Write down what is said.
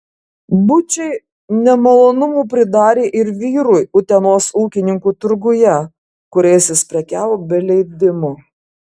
bučiai nemalonumų pridarė ir vyrui utenos ūkininkų turguje kuriais jis prekiavo be leidimo